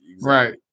right